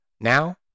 Now